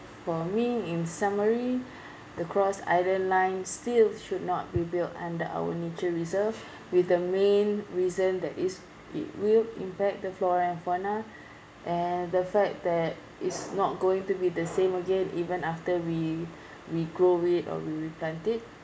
for me in summary the cross island line still should not be built under our nature reserve with the main reason that is it will impact the flora and fauna and the fact that it's not going to be the same again even after we regrow it or we replant it